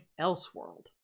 elseworld